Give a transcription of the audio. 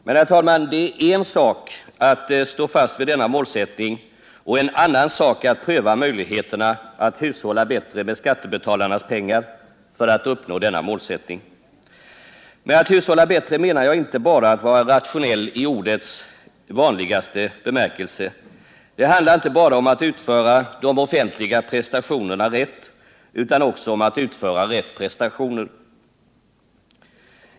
Men det är en sak att stå fast vid denna målsättning och en annan sak att pröva möjligheterna att hushålla bättre med skattebetalarnas pengar för att uppnå denna målsättning. Med att hushålla bättre menar jag inte bara att vara rationell i ordets vanligaste bemärkelse. Det handlar inte bara om att utföra de offentliga prestationerna rätt, utan också om att utföra rätt prestationer.